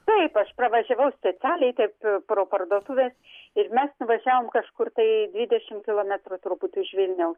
taip aš pravažiavau specialiai taip pro parduotuves ir mes nuvažiavom kažkur tai dvidešim kilometrų truput už vilniaus